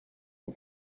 ont